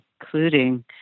including